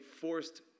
forced